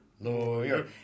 Lawyer